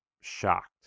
shocked